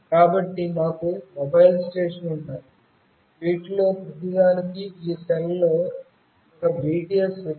కాబట్టి మాకు మొబైల్ స్టేషన్లు ఉన్నాయి వీటిలో ప్రతిదానికి ఈ సెల్లో ఒక BTS వచ్చింది